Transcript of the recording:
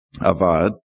avad